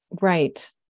Right